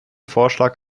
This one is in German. vorschlag